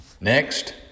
Next